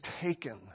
taken